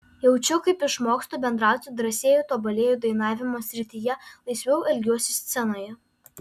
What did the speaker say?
jaučiu kaip išmokstu bendrauti drąsėju tobulėju dainavimo srityje laisviau elgiuosi scenoje